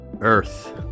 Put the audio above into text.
earth